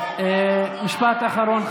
משפט אחרון.